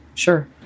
Sure